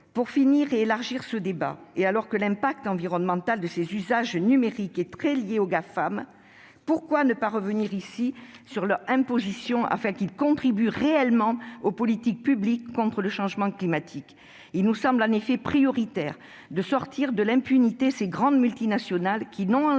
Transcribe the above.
Pour finir et élargir le débat, et alors que l'impact environnemental de ces usages numériques est très lié aux Gafam, pourquoi ne pas revenir ici sur leur imposition afin qu'ils contribuent réellement aux politiques publiques contre le changement climatique ? Il nous semble prioritaire de sortir de l'impunité ces grandes multinationales qui n'ont, en